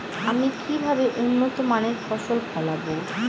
আমি কিভাবে উন্নত মানের ফসল ফলাব?